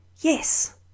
yes